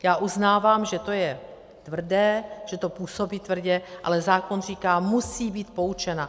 Já uznávám, že to je tvrdé, že to působí tvrdě, ale zákon říká musí být poučena.